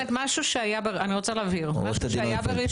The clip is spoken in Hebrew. משהו שהיה ברשיון,